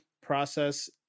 process